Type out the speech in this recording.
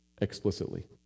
explicitly